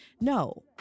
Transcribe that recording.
No